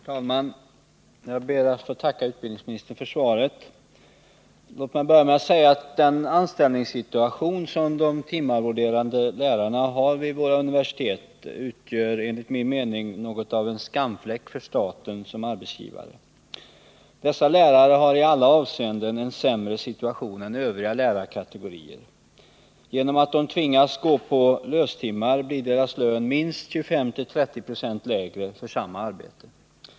Herr talman! Jag ber att få tacka utbildningsministern för svaret. Den anställningssituation som de timarvoderade lärarna har vid våra universitet utgör enligt min mening något av en skamfläck för staten som arbetsgivare. Dessa lärare har i alla avseenden en sämre situation än övriga lärarkategorier. Genom att de tvingas gå på löstimmar blir deras lön — för samma arbete — minst 25-30 20 lägre än de fast anställdas.